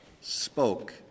spoke